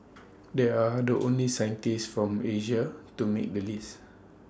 they are the only scientists from Asia to make the list